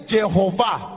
Jehovah